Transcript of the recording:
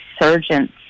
resurgence